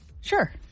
Sure